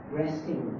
resting